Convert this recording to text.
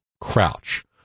Crouch